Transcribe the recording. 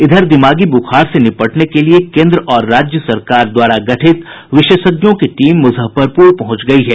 इधर दिमागी ब्रखार से निपटने के लिए केन्द्र और राज्य सरकार द्वारा गठित विशेषज्ञों की टीम मुजफ्फरपुर पहुंची गयी है